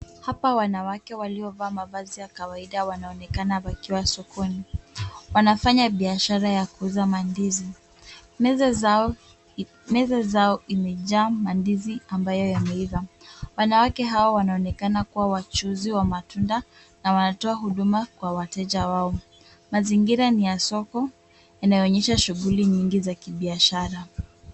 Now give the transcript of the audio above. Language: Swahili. Hapa wanawake waliovaa mavazi ya kawaida wanaonekana wakiwa sokoni. Wanafanya biashara ya kuuza mandizi. Meza zao zimejaa mandizi ambayo yameiva. Wanawake hao wanaonekana kuwa wachuuzi wa matunda na wanatoa huduma kwa wateja wao. Mazingira ni ya soko yanayoonyesha shughuli nyingi za kibiashara.